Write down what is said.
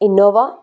Innova